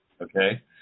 Okay